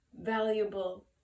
valuable